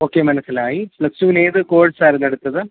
okay മനസ്സിലായി plus ടൂന് ഏതു കോഴ്സ് ആയിരുന്നു എടുത്തത്